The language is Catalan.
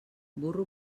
burro